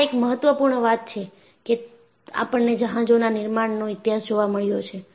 આ એક મહત્વપૂર્ણ વાત છે કે આપણને જહાજોના નિર્માણનો ઇતિહાસ જોવા મળ્યો છે